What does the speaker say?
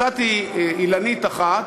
מצאתי אילנית אחת,